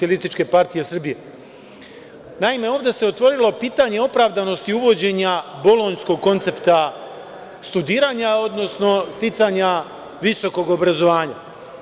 Naime, ovde se otvorilo pitanje opravdanosti uvođenja bolonjskog koncepta studiranja, odnosno sticanja visokog obrazovanja.